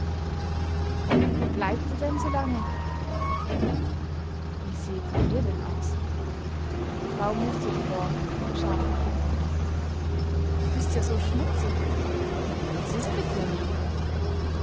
wo bleibt ihr denn so lange wie seht ihr denn aus die frau musterte lore mit scharfen blicken du bist ja so schmutzig was ist mit dir mädel